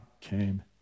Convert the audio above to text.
came